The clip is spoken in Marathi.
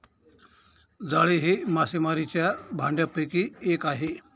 जाळे हे मासेमारीच्या भांडयापैकी एक आहे